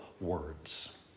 words